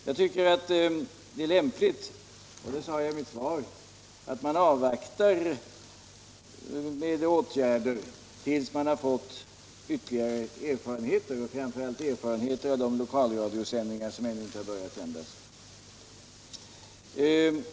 Jag tycker att det är lämpligt — det sade jag i svaret — att man väntar med åtgärder tills man har fått ytterligare erfarenheter och då framför allt erfarenheter av de lokalradiosändningar som ännu inte har börjat.